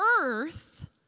earth